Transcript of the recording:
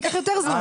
ייקח יותר זמן.